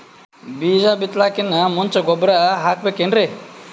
ಬೀಜ ಬಿತಲಾಕಿನ್ ಮುಂಚ ಗೊಬ್ಬರ ಹಾಕಬೇಕ್ ಏನ್ರೀ?